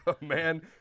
Man